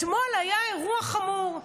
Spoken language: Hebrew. אתמול היה אירוע חמור,